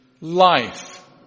life